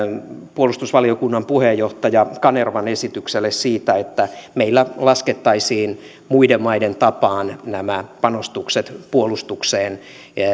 puolustusvaliokunnan puheenjohtaja kanervan esitykselle siitä että meillä laskettaisiin muiden maiden tapaan nämä panostukset puolustukseen